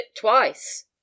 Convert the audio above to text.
twice